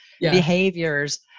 behaviors